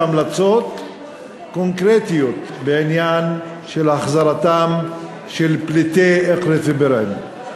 המלצות קונקרטיות בעניין החזרתם של פליטי אקרית ובירעם.